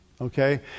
okay